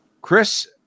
Chris